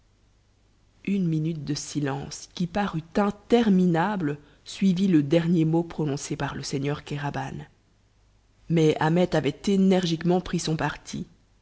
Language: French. une minute de silence qui parut interminable suivit le dernier mot prononcé par le seigneur kéraban mais ahmet avait énergiquement pris son parti